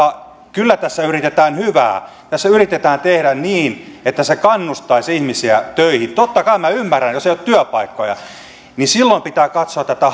kyllä tässä yritetään hyvää tässä yritetään tehdä niin että se kannustaisi ihmisiä töihin totta kai minä ymmärrän että jos ei ole työpaikkoja niin silloin pitää katsoa tätä